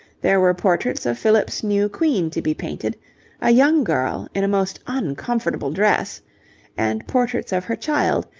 there were portraits of philip's new queen to be painted a young girl in a most uncomfortable dress and portraits of her child,